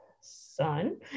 son